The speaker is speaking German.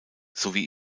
sowie